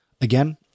again